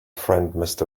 friend